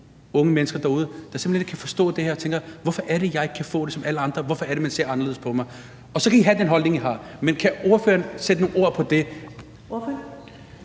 unge mennesker derude, der simpelt hen ikke kan forstå det her, og som tænker: Hvorfor er det, at jeg ikke kan få det som alle andre? Hvorfor er det, man ser anderledes på mig? I kan så have den holdning, I har, men kan ordføreren sætte nogle ord på det?